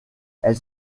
elle